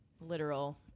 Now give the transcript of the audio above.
literal